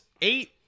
Eight